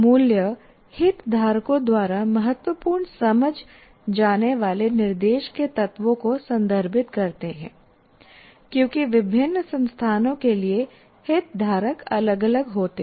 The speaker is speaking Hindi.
मूल्य हितधारकों द्वारा महत्वपूर्ण समझे जाने वाले निर्देश के तत्वों को संदर्भित करते हैं क्योंकि विभिन्न संस्थानों के लिए हितधारक अलग अलग होते हैं